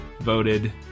voted